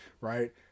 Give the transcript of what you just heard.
right